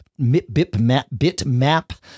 bitmap